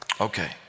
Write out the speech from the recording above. Okay